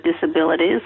disabilities